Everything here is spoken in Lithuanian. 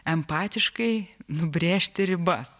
empatiškai nubrėžti ribas